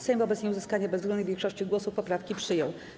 Sejm wobec nieuzyskania bezwzględnej większości głosów poprawki przyjął.